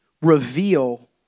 reveal